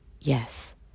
yes